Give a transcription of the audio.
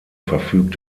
verfügt